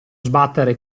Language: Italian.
sbattere